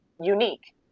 unique